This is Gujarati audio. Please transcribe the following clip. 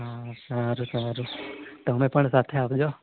હા સારું સારું તમે પણ સાથે આવજો